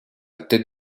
tête